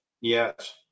Yes